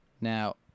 Now